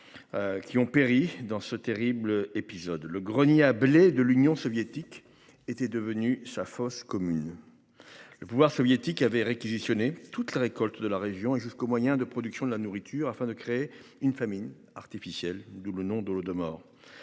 Qui ont péri dans ce terrible épisode le grenier à blé de l'Union soviétique était devenue sa fosse commune. Le pouvoir soviétique avait réquisitionné toutes les récoltes de la région et jusqu'aux moyens de production, de la nourriture afin de créer une famine artificielle d'où le nom de l'eau de morts.